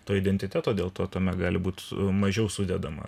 to identiteto dėl to tame gali būt mažiau sudedama